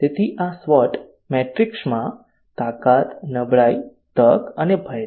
તેથી આ SWOT મેટ્રિક્સમાં તાકાત નબળાઈ તક અને ભય છે